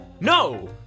No